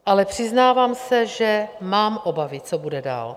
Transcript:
Ale přiznávám se, že mám obavy, co bude dál.